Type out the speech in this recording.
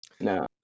No